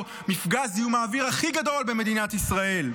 מפגע זיהום האוויר הכי גדול במדינת ישראל.